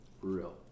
Real